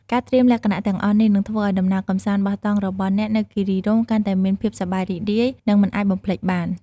ការត្រៀមលក្ខណៈទាំងអស់នេះ នឹងធ្វើឲ្យដំណើរកម្សាន្តបោះតង់របស់អ្នកនៅគិរីរម្យកាន់តែមានភាពសប្បាយរីករាយ និងមិនអាចបំភ្លេចបាន។